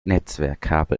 netzwerkkabel